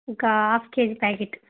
ఒక half kg packet